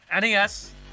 NES